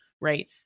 right